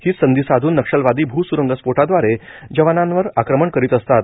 हीच संधी साधून नक्षलवादी भूसुरुंगसफोटाद्वारे जवानांवर आक्रमण करीत असतात